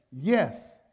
yes